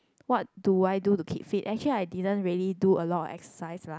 what do I do to keep fit actually I didn't really do a lot of exercise lah